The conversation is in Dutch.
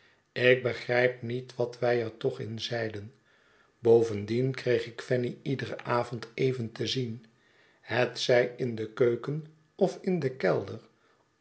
ik begrijp niet wat wij er toch in zeiden bovendien kreeg ik fanny iederen avond even te zien hetzij in de keuken of in den kelder